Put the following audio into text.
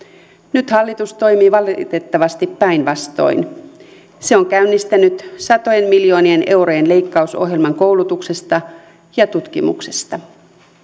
nyt hallitus toimii valitettavasti päinvastoin se on käynnistänyt satojen miljoonien eurojen leikkausohjelman koulutuksesta ja tutkimuksesta